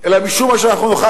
אלא משום מה שאנחנו נוכל,